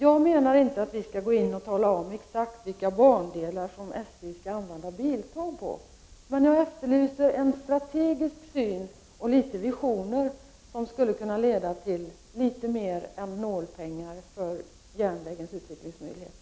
Jag menar inte att vi skall gå in och tala om exakt vilka bandelar som SJ skall använda biltåg på, men jag efterlyser en strategisk syn och litet visioner, som skulle kunna leda till något mer än nålpengar för järnvägens utvecklingsmöjligheter.